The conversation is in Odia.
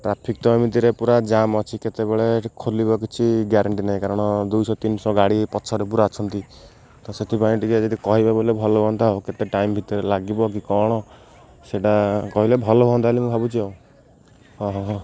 ଟ୍ରାଫିକ୍ ତ ଏମିତିରେ ପୁରା ଜାମ୍ ଅଛି କେତେବେଳେ ଖୋଲିବ କିଛି ଗ୍ୟାରେଣ୍ଟି ନାହିଁ କାରଣ ଦୁଇଶହ ତିନିଶହ ଗାଡ଼ି ପଛରେ ପୁରା ଅଛନ୍ତି ତ ସେଥିପାଇଁ ଟିକେ ଯଦି କହିବେ ବୋଲେ ଭଲ ହୁଅନ୍ତା ଆଉ କେତେ ଟାଇମ୍ ଭିତରେ ଲାଗିବ କି କ'ଣ ସେଇଟା କହିଲେ ଭଲ ହୁଅନ୍ତା ହେଲେ ମୁଁ ଭାବୁଛି ଆଉ ହଁ ହଁ ହଁ